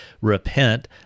repent